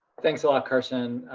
thanks a lot, carson.